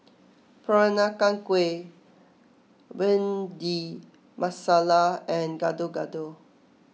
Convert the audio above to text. Peranakan Kueh Bhindi Masala and Gado Gado